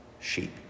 sheep